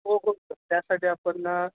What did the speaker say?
हो हो सर त्यासाठी आपण